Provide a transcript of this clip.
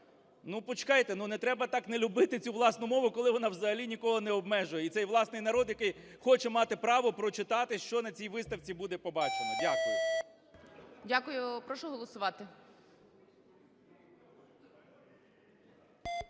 Почекайте, ну не треба так не любити цю власну мову, коли вона взагалі нікого не обмежує, і цей власний народ, який хоче мати право прочитати, що на цій виставці буде побачено. Дякую. ГОЛОВУЮЧИЙ.Дякую. Прошу голосувати.